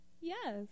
Yes